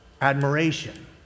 admiration